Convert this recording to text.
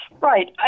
Right